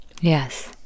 Yes